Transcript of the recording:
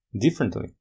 differently